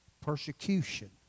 Persecution